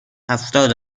هفتاد